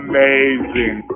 Amazing